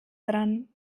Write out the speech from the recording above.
dran